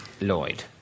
Lloyd